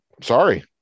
sorry